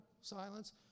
silence